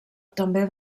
també